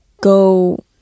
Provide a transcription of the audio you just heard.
go